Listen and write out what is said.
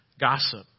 Gossip